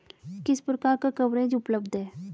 किस प्रकार का कवरेज उपलब्ध है?